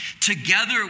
together